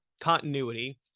continuity